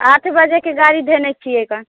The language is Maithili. आठ बजेके गाड़ी धेने छियै कन